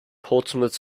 portsmouth